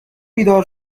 بیدار